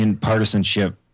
partisanship